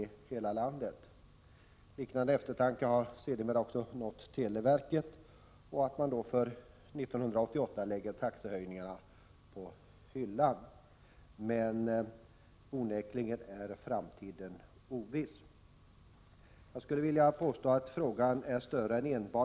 I olika former — dock inte lika ofta eller konsekvent — har dessa uttalade sympatier följts upp av ekonomiska och andra stöd från samhällets sida.